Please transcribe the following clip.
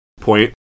Point